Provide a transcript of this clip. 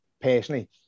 personally